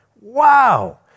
Wow